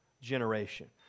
generation